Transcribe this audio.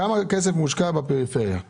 בתכנית 38-30-02 מקור הכסף הוא שיתוף פעולה בין